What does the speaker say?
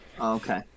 okay